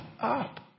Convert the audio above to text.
up